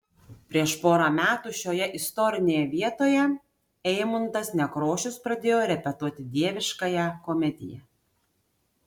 prieš porą metų šioje istorinėje vietoje eimuntas nekrošius pradėjo repetuoti dieviškąją komediją